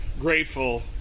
grateful